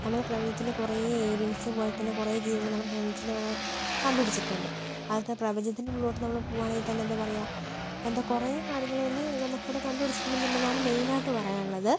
നമ്മൾ പ്രപഞ്ചത്തിൻ്റെ കുറേ ഏലിയൻസ് പോലെ തന്നെ കുറേ ജീവികൾ നമ്മുടെ പ്രപഞ്ചത്തിൻ്റെ കുറേ കണ്ടുപിടിച്ചിട്ടുണ്ട് അതൊക്കെ പ്രപഞ്ചത്തിൻ്റെ ഉള്ളിലോട്ട് നമ്മൾ പോകുവാണെങ്കിൽ തന്നെ എന്താണ് പറയുക എന്താണ് കുറേ കാര്യങ്ങൾ തന്നെ നമുക്കിവിടെ കണ്ട് പിടിച്ചിട്ടുണ്ടെന്നാണ് മെയിൻ ആയിട്ട് പറയാനുള്ളത്